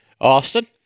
Austin